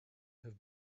have